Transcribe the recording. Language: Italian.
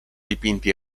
dipinti